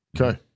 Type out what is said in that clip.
okay